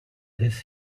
this